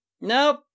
Nope